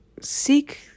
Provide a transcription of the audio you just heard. seek